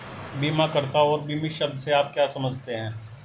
बीमाकर्ता और बीमित शब्द से आप क्या समझते हैं?